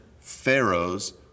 Pharaoh's